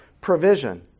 provision